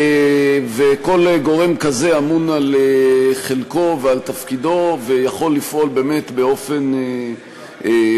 וכל גורם כזה אמון על חלקו ועל תפקידו ויכול לפעול באמת באופן חופשי,